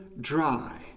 dry